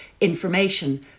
information